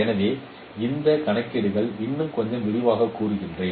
எனவே இந்த கணக்கீடுகள் இன்னும் கொஞ்சம் விரிவாகக் கூறுகிறேன்